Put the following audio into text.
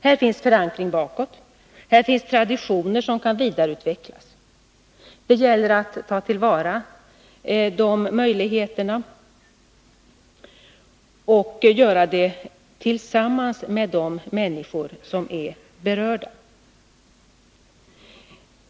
Här finns förankring bakåt, här finns traditioner som kan vidareutvecklas. Det gäller att ta till vara dessa möjligheter och göra det tillsammans med de människor som är berörda.